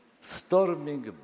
storming